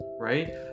right